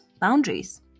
boundaries